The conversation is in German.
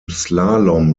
slalom